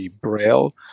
Braille